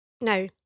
Now